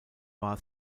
war